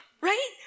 Right